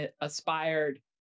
aspired